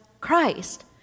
Christ